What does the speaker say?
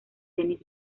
dennis